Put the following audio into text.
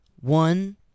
One